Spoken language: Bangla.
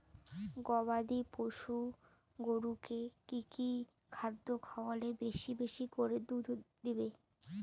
গবাদি পশু গরুকে কী কী খাদ্য খাওয়ালে বেশী বেশী করে দুধ দিবে?